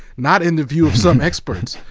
not in the view of some experts.